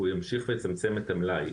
הוא ימשיך לצמצם את המלאי,